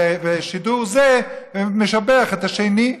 ושידור זה משבח את השני.